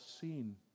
seen